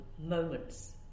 moments